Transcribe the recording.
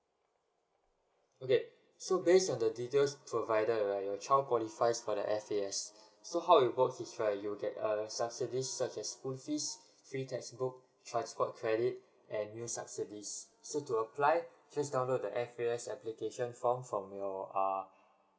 okay so based on the details provided right your child qualifies for the F_A_S so how it works is right you get uh subsidies such as school fees free textbook transport credit and meals subsidies so to apply just download the F_A_S application form from your uh